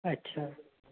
अछा